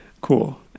Cool